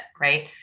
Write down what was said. Right